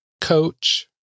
Coach